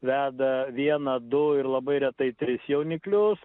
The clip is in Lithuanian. veda vieną du ir labai retai tris jauniklius